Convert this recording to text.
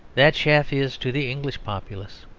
that chaff is to the english populace.